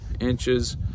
inches